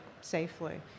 safely